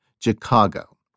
Chicago